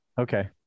Okay